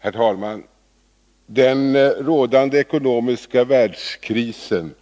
Herr talman! Den rådande ekonomiska världskrisen